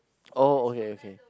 oh okay okay